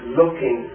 looking